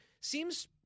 seems